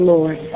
Lord